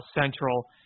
Central